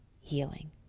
Healing